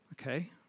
Okay